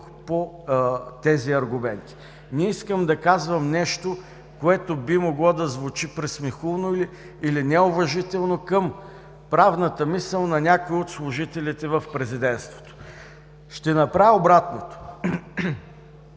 по тези аргументи, не искам да казвам нещо, което би могло да звучи присмехулно или неуважително към правната мисъл на някои от служителите в президентството. Ще направя обратното: